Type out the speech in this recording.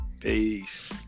peace